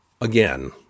again